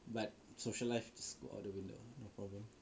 but social life go all the way no problem